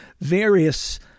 various